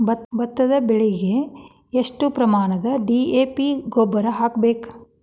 ಭತ್ತದ ಬೆಳಿಗೆ ಎಷ್ಟ ಪ್ರಮಾಣದಾಗ ಡಿ.ಎ.ಪಿ ಗೊಬ್ಬರ ಹಾಕ್ಬೇಕ?